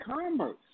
commerce